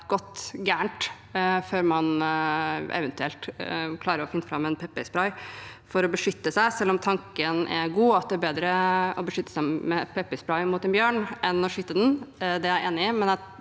gått galt før man eventuelt klarer å finne fram en pepperspray for å beskytte seg, selv om tanken er god. At det er bedre å beskytte seg med pepperspray mot en bjørn enn å skyte den, er jeg enig i,